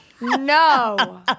no